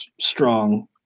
strong